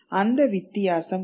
அந்த வித்தியாசம் என்ன